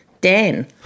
Dan